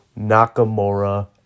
Nakamura